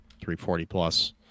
340-plus